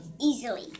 easily